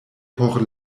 por